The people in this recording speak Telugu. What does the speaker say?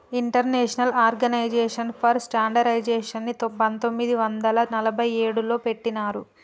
ఇంటర్నేషనల్ ఆర్గనైజేషన్ ఫర్ స్టాండర్డయిజేషన్ని పంతొమ్మిది వందల నలభై ఏడులో పెట్టినరు